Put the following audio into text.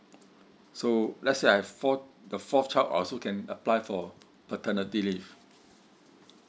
so let's say I have four the fourth child also can apply for paternity leave